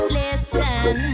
listen